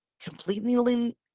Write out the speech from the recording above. Completely